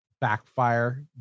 backfire